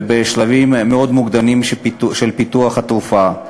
בשלבים מאוד מוקדמים של פיתוח התרופה.